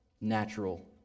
natural